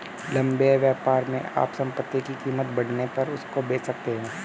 लंबे व्यापार में आप संपत्ति की कीमत बढ़ने पर उसको बेच सकते हो